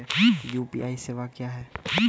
UPI सेवा क्या हैं?